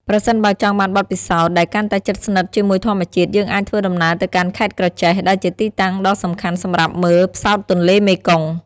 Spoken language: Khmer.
ប្រសិនបើចង់បានបទពិសោធន៍ដែលកាន់តែជិតស្និទ្ធជាមួយធម្មជាតិ យើងអាចធ្វើដំណើរទៅកាន់ ខេត្តក្រចេះ ដែលជាទីតាំងដ៏សំខាន់សម្រាប់មើល ផ្សោតទន្លេមេគង្គ។